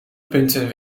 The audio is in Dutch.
punten